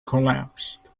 collapsed